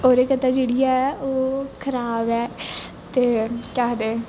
ओहदे गित्तै जेहड़ी ऐ खराब़ ऐ ते केह् आक्खदे